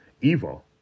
evil